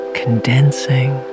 condensing